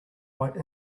white